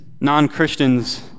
non-Christians